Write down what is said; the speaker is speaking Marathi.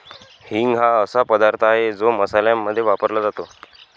हिंग हा असा पदार्थ आहे जो मसाल्यांमध्ये वापरला जातो